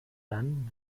dann